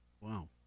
wow